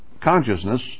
consciousness